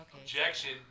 Objection